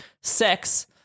Sex